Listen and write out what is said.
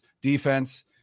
defense